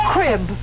Crib